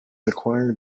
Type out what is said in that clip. acquired